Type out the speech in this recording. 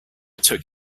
took